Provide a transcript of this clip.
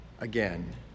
again